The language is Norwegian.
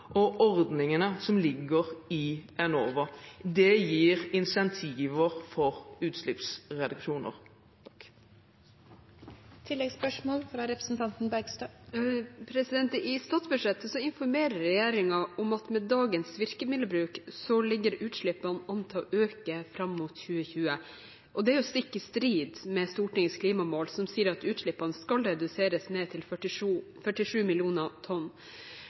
og ordningene som ligger i Enova. Det gir incentiver for utslippsreduksjoner. I statsbudsjettet informerer regjeringen om at med dagens virkemiddelbruk ligger utslippene an til å øke fram mot 2020. Det er stikk i strid med Stortingets klimamål, som sier at utslippene skal reduseres ned til 47 millioner tonn.